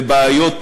לבעיות